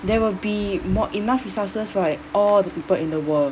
there will be more enough resources for like all the people in the world